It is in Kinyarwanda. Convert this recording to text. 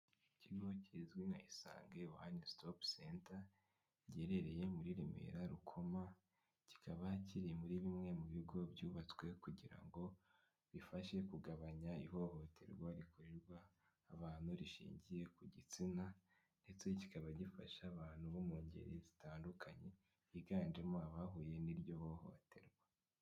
Ikigo kizwi nka isange one stop center giherereye muri remera rukoma kikaba kiri muri bimwe mu bigo byubatswe kugira ngo bifashe kugabanya ihohoterwa rikorerwa abantu rishingiye ku gitsina ndetse kikaba gifasha abantu bo mu ngeri zitandukanye biganjemo abahuye n'iryo hohoterwa.